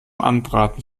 anbraten